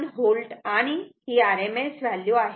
आणि ही RMS value आहे